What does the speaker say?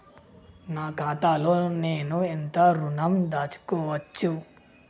నా ఖాతాలో నేను ఎంత ఋణం దాచుకోవచ్చు?